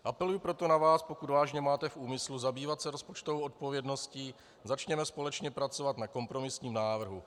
Apeluji proto na vás, pokud vážně máte v úmyslu se zabývat rozpočtovou odpovědností, začněme společně pracovat na kompromisním návrhu.